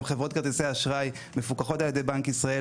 גם חברות כרטיסי האשראי מפוקחות על ידי בנק ישראל